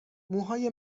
موهای